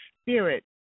spirit